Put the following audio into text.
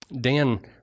Dan